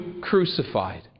crucified